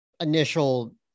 initial